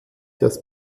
das